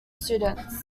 students